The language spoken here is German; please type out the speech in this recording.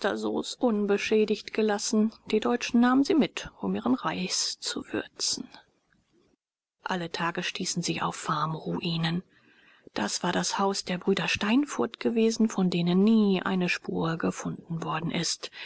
unbeschädigt gelassen die deutschen nahmen sie mit um ihren reis zu würzen alle tage stießen sie auf farmruinen das war das haus der brüder steinfurth gewesen von denen nie eine spur gefunden worden ist